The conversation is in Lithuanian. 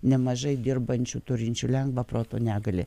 nemažai dirbančių turinčių lengvą proto negalią